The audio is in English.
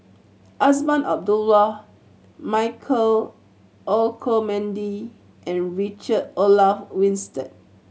Azman Abdullah Michael Olcomendy and Richard Olaf Winstedt